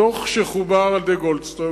הדוח שחובר על-ידי גולדסטון